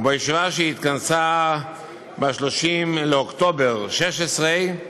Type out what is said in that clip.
ובישיבה שהתכנסה ב-30 באוקטובר 16',